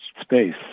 space